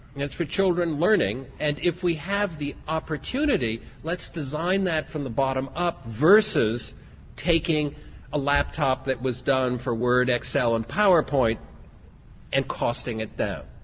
it's for children learning and if we have the opportunity let's design that from the bottom up versus taking a laptop that was done for word excel and powerpoint and costing it down.